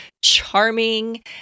charming